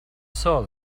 saw